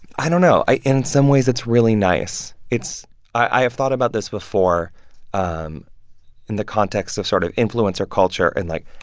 i don't know, i in some ways, it's really nice. it's i have thought about this before um in the context of sort of influencer culture. and, like,